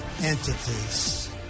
entities